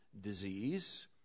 disease